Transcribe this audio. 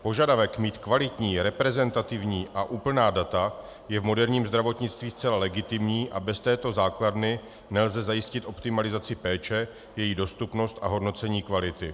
Požadavek mít kvalitní, reprezentativní a úplná data je v moderním zdravotnictví zcela legitimní a bez této základny nelze zajistit optimalizaci péče, její dostupnost a hodnocení kvality.